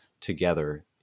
together